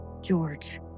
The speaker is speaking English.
George